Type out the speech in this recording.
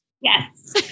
Yes